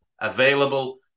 available